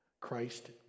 Christ